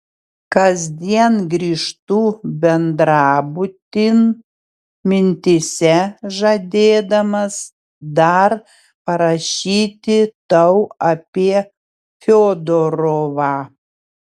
kasdien grįžtu bendrabutin mintyse žadėdamas dar parašyti tau apie fiodorovą